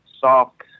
soft